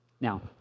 Now